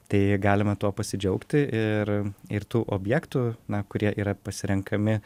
tai galima tuo pasidžiaugti ir ir tų objektų kurie yra pasirenkami